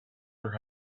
her